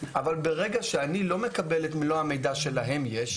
אבל ברגע שאני לא מקבל את מלוא המידע שלהם יש,